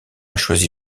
choisi